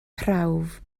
prawf